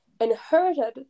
inherited